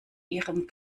ihrem